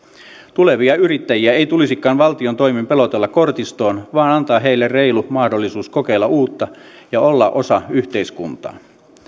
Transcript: tulevia yrittäjiä ei tulisikaan valtion toimin pelotella kortistoon vaan antaa heille reilu mahdollisuus kokeilla uutta ja olla osa yhteiskuntaa